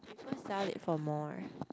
sell it for more